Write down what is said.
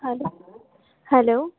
hello hello